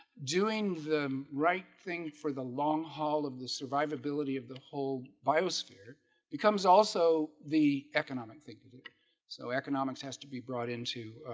doing the right thing for the long haul of the survivability of the whole biosphere becomes also the economic thing to do so economics has to be brought into